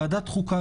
ועדת החוקה,